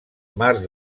mars